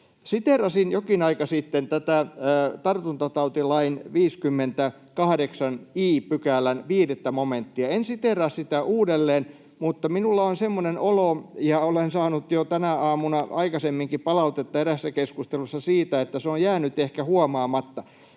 Siteerasin jokin aika sitten tartuntatautilain 58 i §:n 5 momenttia. En siteeraa sitä uudelleen, mutta minulla on semmoinen olo — ja olen saanut jo tänä aamuna ja aikaisemminkin palautetta eräässä keskustelussa siitä — että se on jäänyt ehkä huomaamatta.